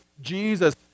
Jesus